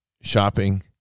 shopping